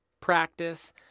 practice